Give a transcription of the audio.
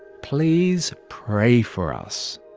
please pray for us.